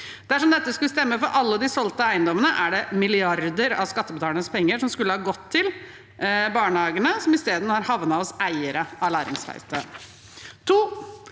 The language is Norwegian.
Dersom dette skulle stemme for alle de solgte eiendommene, er det milliarder av skattebetalernes penger som skulle ha gått til barnehagene, som i stedet har havnet hos eiere av Læringsverkstedet.